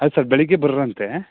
ಹಾಂ ಸರ್ ಬೆಳಿಗ್ಗೆ ಬರೋರಂತೆ